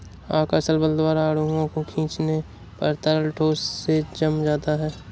आकर्षक बल द्वारा अणुओं को खीचने पर तरल ठोस में जम जाता है